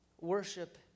Worship